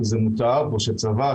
כי זה מותר פורשי צבא,